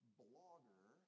blogger